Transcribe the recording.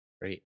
Great